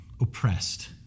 oppressed